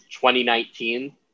2019